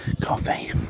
coffee